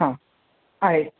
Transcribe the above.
हा आहे